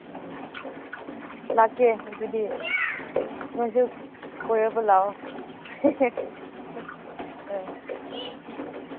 ꯎꯝ ꯂꯥꯛꯀꯦ ꯑꯗꯨꯗꯤ ꯅꯣꯏꯁꯨ ꯀꯣꯏꯔꯛꯄ ꯂꯥꯛꯑꯣ ꯑꯥ